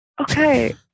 Okay